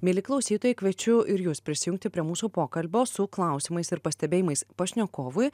mieli klausytojai kviečiu ir jus prisijungti prie mūsų pokalbio su klausimais ir pastebėjimais pašnekovui